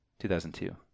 2002